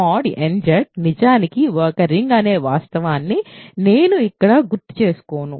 Z nZ నిజానికి ఒక ring అనే వాస్తవాన్ని నేను ఇక్కడ గుర్తు చేసుకోను